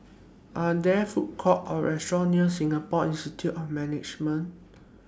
Are There Food Courts Or restaurants near Singapore Institute of Management